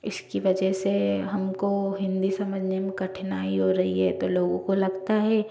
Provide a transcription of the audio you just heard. इसकी वजह से हम को हिंदी समझने में कठिनाई हो रही है तो लोगों को लगता है